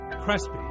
Crespi